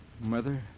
Mother